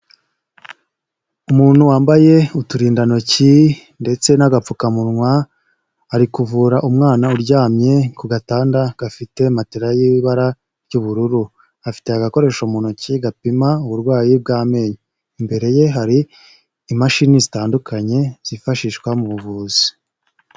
Umuntu wambaye uturindantoki ndetse n'agapfukamunwa, ari kuvura umwana uryamye ku gatanda gafite matera y'ibara ry'ubururu, afite agakoresho mu ntoki gapima uburwayi bw'amenyo, imbere ye hari imashini zitandukanye zifashishwa mu buvuzi.